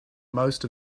most